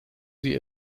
sie